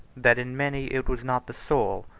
that in many it was not the sole,